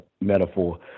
metaphor